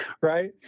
Right